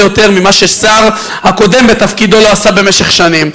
יותר ממה שהשר הקודם בתפקידו לא עשה במשך שנים.